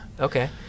Okay